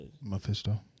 Mephisto